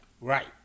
Right